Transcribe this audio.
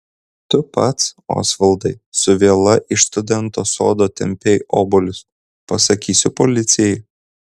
tu pats osvaldai su viela iš studento sodo tempei obuolius pasakysiu policijai